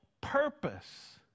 purpose